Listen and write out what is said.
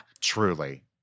Truly